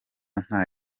nta